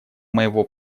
моего